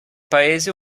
paese